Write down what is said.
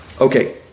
Okay